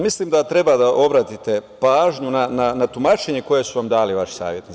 Mislim da treba da obratite pažnju na tumačenje koje su vam dali vaši saradnici.